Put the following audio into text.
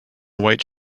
white